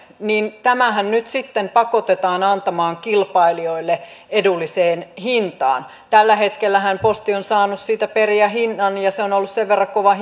ja tämähän nyt sitten pakotetaan antamaan kilpailijoille edulliseen hintaan tällä hetkellähän posti on saanut siitä periä hinnan ja se on ollut sen verran kova